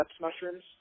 mushrooms